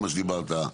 מה שדיברת.